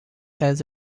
heads